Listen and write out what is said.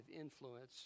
influence